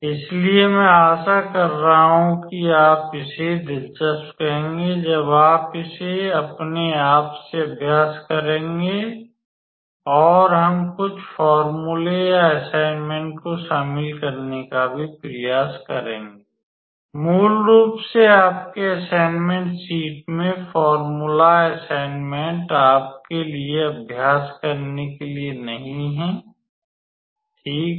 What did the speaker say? इसलिए मैं आशा कर रहा हूं कि आप इसे दिलचस्प कहेंगे जब आप इसे अपने आप से अभ्यास करेंगे और हम कुछ फ़ौर्मूले या असाइनमेंट को शामिल करने का भी प्रयास करेंगे मूल रूप से आपके असाइनमेंट शीट में फॉर्मूला असाइनमेंट आपके लिए अभ्यास करने के लिए नहीं है ठीक है